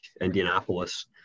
Indianapolis